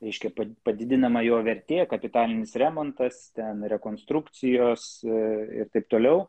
reiškia pa padidinama jo vertė kapitalinis remontas ten rekonstrukcijos ir taip toliau